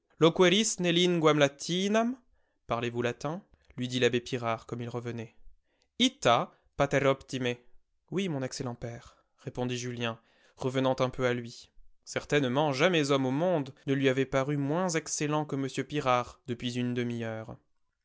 parlez-vous latin lui dit l'abbé pirard comme il revenait ita pater optime oui mon excellent père répondit julien revenant un peu à lui certainement jamais homme au monde ne lui avait paru moins excellent que m pirard depuis une demi-heure